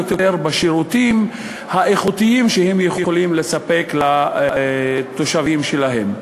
בשירותים האיכותיים שהן יכולות לספק לתושבים שלהן.